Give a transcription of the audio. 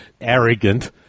arrogant